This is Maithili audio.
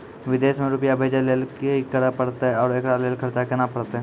विदेश मे रुपिया भेजैय लेल कि करे परतै और एकरा लेल खर्च केना परतै?